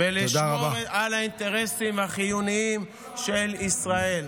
ולשמור על האינטרסים החיוניים של ישראל.